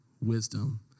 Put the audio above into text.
wisdom